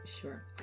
sure